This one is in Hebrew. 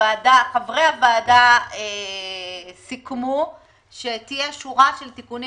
חברי הוועדה סיכמו שתהיה שורה של תיקונים